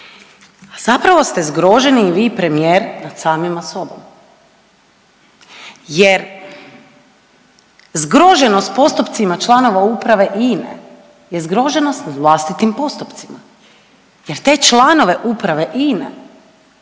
zapravo ste zgroženi i vi i premijer nad samima sobom jer zgroženost postupcima članova uprave INA-e j zgroženost nad vlastitim postupcima jer te članove uprave INA-e